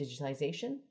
digitization